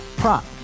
Prop